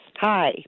Hi